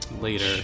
later